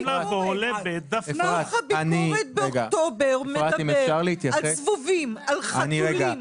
ביקורת באוקטובר שמדברת על זבובים, על חתולים,